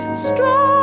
strong